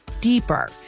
deeper